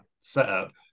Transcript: setup